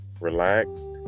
relaxed